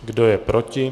Kdo je proti?